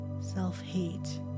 self-hate